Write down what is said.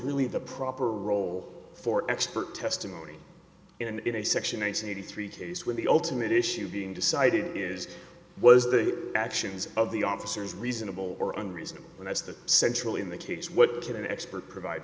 really the proper role for expert testimony in a section one hundred three case where the ultimate issue being decided is was the actions of the officers reasonable or unreasonable and that's the central in the case what can an expert provide